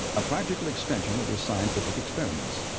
a practical extension of his scientific experiments.